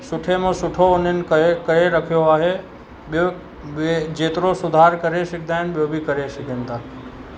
सुठे में सुठो उन्हनि कए करे रखियो आहे ॿियो ॿिए जेतिरो सुधार करे सघंदा आहिनि ॿियो बि करे सघनि था